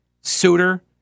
Souter